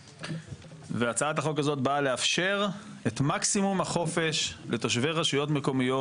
והצעת החוק הזאת באה לאפשר את מקסימום החופש לתושבי רשויות מקומיות.